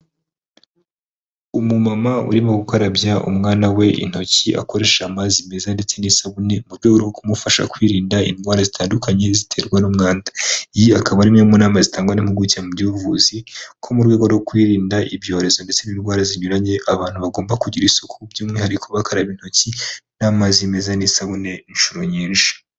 Umumama urimo gukarabya u itmwana we intoki akoresha amazi meza ndetse n'isabune mu rwego rwo kumufasha kwirinda indwara zitandukanye ziterwa n'umwanda. Akaba ari imwe mu nama zitangwa n'impuguke mu by'ubuvuzi ko mu rwego rwo kwirinda ibyorezo ndetse n'indwara zinyuranye abantu bagomba kugira isuku by'umwihariko bakaraba intoki n'amazi meza n'isabune inshuro nyinshi.